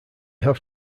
have